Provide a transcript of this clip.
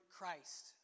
Christ